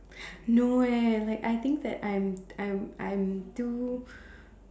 no eh like I think that I'm I'm I'm too